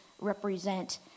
represent